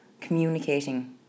communicating